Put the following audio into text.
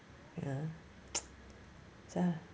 ya